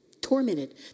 Tormented